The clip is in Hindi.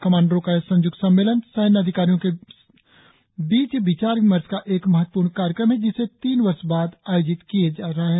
कमांडरों का यह संय्क्त सम्मेलन सैन्य अधिकारियों के बीच विचार विमर्श का एक महत्वपूर्ण कार्यक्रम है जिसे तीन वर्ष बाद आयोजित किया जा रहा है